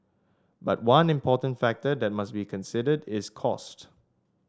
but one important factor that must be considered is cost